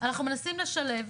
אנחנו מנסים לשלב,